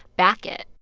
back it.